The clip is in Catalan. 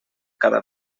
cada